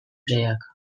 xeheak